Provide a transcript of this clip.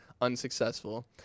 unsuccessful